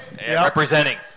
Representing